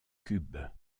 cubes